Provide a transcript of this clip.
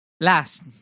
Last